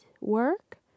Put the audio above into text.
work